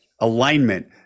alignment